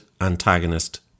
antagonist